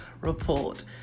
report